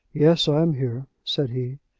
yes i am here, said he,